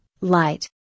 light